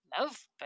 love